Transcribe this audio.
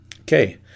Okay